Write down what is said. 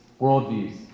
worldviews